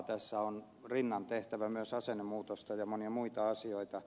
tässä on rinnan tehtävä myös asennemuutosta ja monia muita asioita